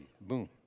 Boom